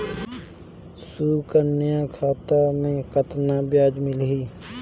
सुकन्या खाता मे कतना ब्याज मिलही?